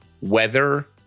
weather